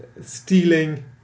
stealing